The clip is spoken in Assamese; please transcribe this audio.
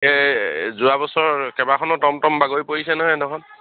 এই যোৱা বছৰ কেইবাখনো টম টম বাগৰি পৰিছে নহয় এই দিনাখন